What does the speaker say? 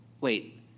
wait